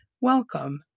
Welcome